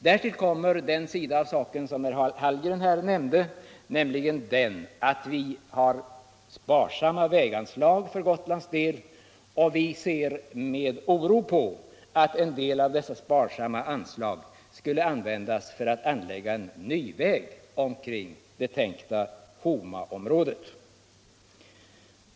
Därtill kommer den sida av saken som herr Hallgren här nämnde, nämligen den att vi har sparsamma väganslag för Gotlands del. Vi ser med oro på att en del av dessa sparsamma anslag skall användas för att anlägga en ny väg omkring det tänkta Homaområdet.